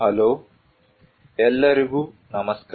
hello ಎಲ್ಲರಿಗೂ ನಮಸ್ಕಾರ